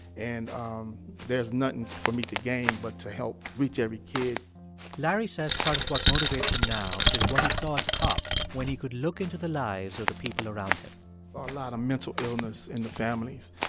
and um there's nothing for me to gain but to help reach every kid larry says part of what motivates him now is what he saw as a cop when he could look into the lives of the people around him i saw a lot of mental illness in the families.